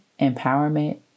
empowerment